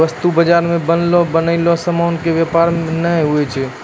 वस्तु बजारो मे बनलो बनयलो समानो के व्यापार नै होय छै